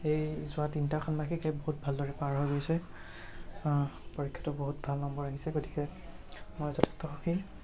এই যোৱা তিনিটা ষাণ্মাসিক এই বহুত ভালদৰে পাৰ হৈ গৈছে পৰীক্ষাতো বহুত ভাল নম্বৰ আহিছে গতিকে মই যথেষ্ট সুখী